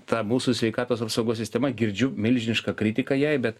ta mūsų sveikatos apsaugos sistema girdžiu milžinišką kritiką jai bet